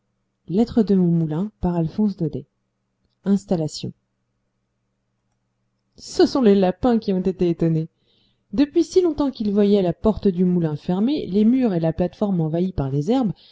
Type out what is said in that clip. lecture ce sont les lapins qui ont été étonnés depuis si longtemps qu'ils voyaient la porte du moulin fermée les murs et la plate-forme envahis par les herbes